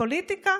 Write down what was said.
מהפוליטיקה,